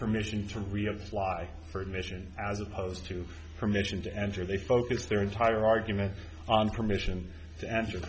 permission to reapply for admission as opposed to permission to enter they focus their entire argument on permission to answer